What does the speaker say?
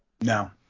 No